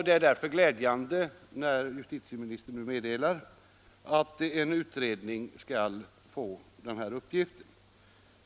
Det är glädjande att justitieministern nu meddelat att en utredning skall få denna uppgift.